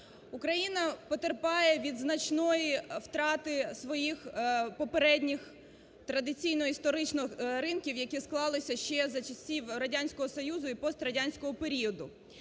Україна потерпає від значної втрати своїх попередніх, традиційно історичних, ринків, які склалися ще за часів радянського союзу і пострадянського періоду.